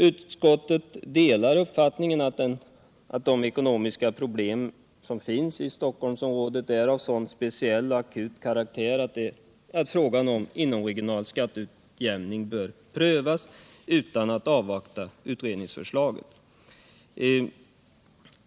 Utskottet delar uppfattningen att de ekonomiska problem som finns i Stockholmsområdet är av så speciell akut karaktär att frågan om inomregional skatteutjämning bör prövas utan att man avvaktar utredningsförslaget.